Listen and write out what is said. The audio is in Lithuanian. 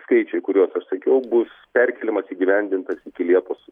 skaičiai kuriuos aš sakiau bus perkėlimas įgyvendintas iki liepos